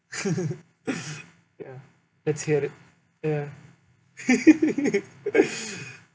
ya let's hear it ya